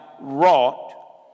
wrought